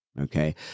Okay